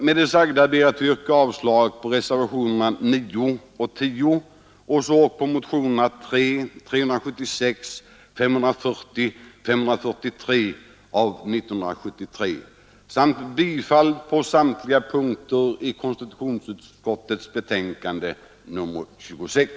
Med det sagda ber jag att få yrka avslag på reservationerna 9 och 10, så ock på motionerna 3, 376, 540 och 543 samt bifall till samtliga punkter i konstitutionsutskottets hemställan i betänkandet nr 26.